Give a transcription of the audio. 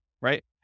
right